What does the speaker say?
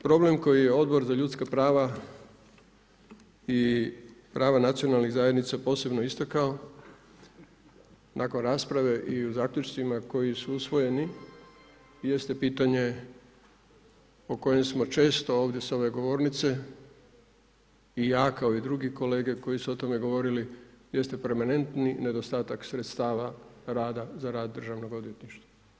Problem koji je Odbor za ljudska prava i prava nacionalnih zajednica posebno istakao, nakon rasprave i u zaključcima koji su usvojeni jeste pitanje o kojem smo često ovdje s ove govornice i ja kao i drugi kolege koji su o tome govori, jeste permanentni nedostatak sredstava rada za rad državnog odvjetništva.